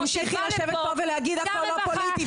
תמשיכי לשבת פה ולהגיד הכול לא פוליטי,